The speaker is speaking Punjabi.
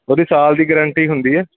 ਉਹਦੀ ਸਾਲ ਦੀ ਗਰੰਟੀ ਹੁੰਦੀ ਹੈ